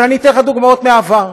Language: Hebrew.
אבל אתן לך דוגמאות מהעבר.